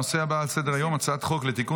הנושא הבא על סדר-היום: הצעת חוק לתיקון